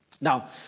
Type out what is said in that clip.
Now